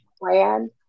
plan